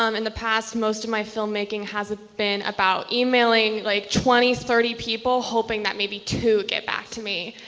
um in the past, most of my filmmaking has ah been about emailing like twenty thirty people, hoping that maybe two get back to me.